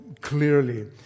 clearly